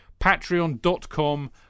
patreon.com